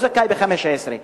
לא זכאי ל-15.